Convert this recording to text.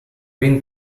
been